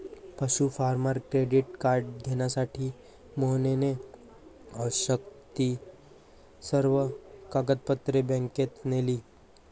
पशु farmer credit card घेण्यासाठी मोहनने आवश्यक ती सर्व कागदपत्रे बँकेत नेली